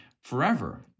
forever